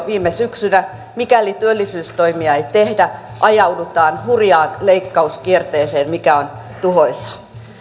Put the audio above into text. viime syksynä mikäli työllisyystoimia ei tehdä ajaudutaan hurjaan leikkauskierteeseen mikä on tuhoisaa